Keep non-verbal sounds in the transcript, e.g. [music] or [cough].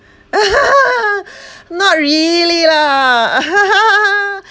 [laughs] not really lah